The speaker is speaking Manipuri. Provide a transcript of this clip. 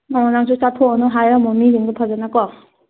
ꯑꯣ ꯅꯪꯁꯨ ꯆꯠꯊꯣꯛꯎꯔꯅꯣ ꯍꯥꯏꯔꯝꯃꯣ ꯃꯤꯗꯣ ꯐꯖꯅꯀꯣ